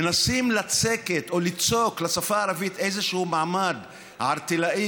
מנסים לצקת או ליצוק לשפה הערבית איזשהו מעמד ערטילאי,